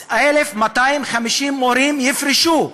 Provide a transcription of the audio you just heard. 1,250 מורים יפרשו.